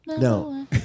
no